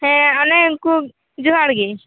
ᱦᱮᱸ ᱚᱱᱮ ᱩᱱᱠᱩ ᱡᱚᱦᱟᱨ ᱜᱮ